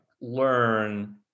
learn